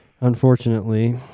unfortunately